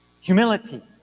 Humility